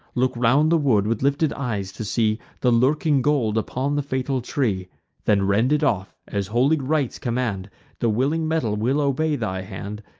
look round the wood, with lifted eyes, to see the lurking gold upon the fatal tree then rend it off, as holy rites command the willing metal will obey thy hand,